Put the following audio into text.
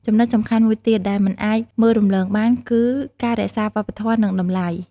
ចំណុចសំខាន់មួយទៀត ដែលមិនអាចមើលរំលងបាន គឺ ការរក្សាវប្បធម៌ និងតម្លៃ ។